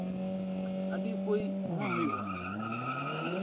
ᱟᱹᱰᱤ ᱩᱯᱟᱹᱭ ᱦᱚᱸ ᱦᱩᱭᱩᱜᱼᱟ